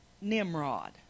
Nimrod